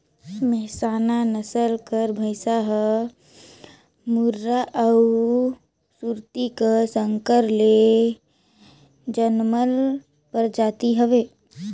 मेहसाना नसल कर भंइस हर मुर्रा अउ सुरती का संकर ले जनमल परजाति हवे